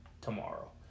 tomorrow